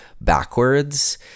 backwards